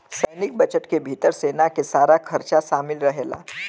सैनिक बजट के भितर सेना के सारा खरचा शामिल रहेला